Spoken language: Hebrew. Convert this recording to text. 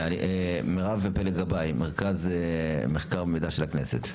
מירב פלג גבאי מהמרכז המחקר והמידע של הכנסת.